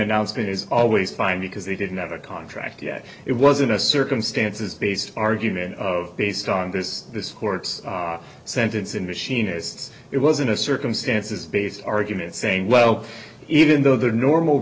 announcement is always fine because they didn't have a contract yet it wasn't a circumstances based argument of based on this this court's sentencing machinist's it wasn't a circumstances based argument saying well even though the normal